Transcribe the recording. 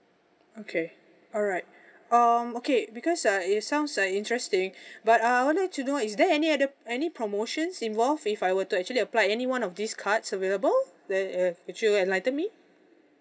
okay alright um okay because uh it sounds like interesting but uh I would like to know is there any other any promotions involve if I were to actually apply any one of these cards available that uh would you enlighten me